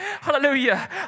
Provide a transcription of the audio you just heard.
hallelujah